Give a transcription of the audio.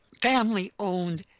family-owned